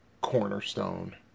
cornerstone